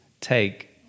take